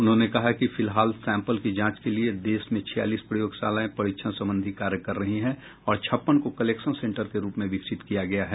उन्होंने बताया कि फिलहाल सैंपल की जांच के लिये देश में छियालीस प्रयोगशालाएं परीक्षण संबंधी कार्य कर रही हैं और छप्पन को कलेक्शन सेंटर के रूप में विकसित किया गया है